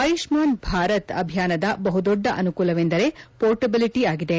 ಆಯುಷ್ಲಾನ್ ಭಾರತ್ ಅಭಿಯಾನದ ಬಹುದೊಡ್ಡ ಅನುಕೂಲವೆಂದರೆ ಫೊರ್ಟಬಿಲಿಟ ಆಗಿದೆ